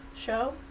show